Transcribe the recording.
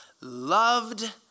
loved